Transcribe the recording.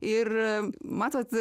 ir a matot